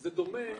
זה דומה